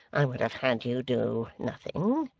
i would have had you do nothing.